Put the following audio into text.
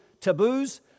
taboos